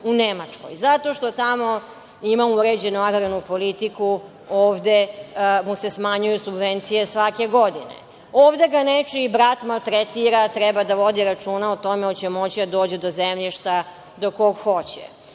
u Nemačkoj, zato što tamo ima uređenu agrarnu politiku, a ovde mu se smanjuju subvencije svake godine. Ovde ga nečiji brat maltretira, treba da vodi računa o tome da li će moći da dođe do zemljišta do kog hoće.